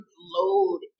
load